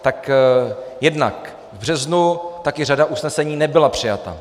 Tak jednak v březnu taky řada usnesení nebyla přijata.